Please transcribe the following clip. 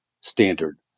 standard